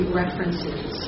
references